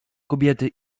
kobiety